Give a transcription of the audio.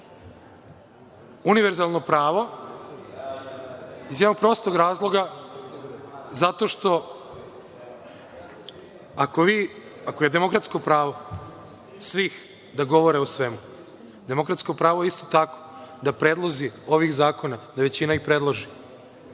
univerzalno pravo, iz jednog prostog razloga zato što ako je demokratsko pravo svih da govore o svemu, demokratsko pravo je isto tako da predlozi ovih zakona, da većina ih predloži.